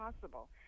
possible